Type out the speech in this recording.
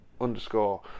underscore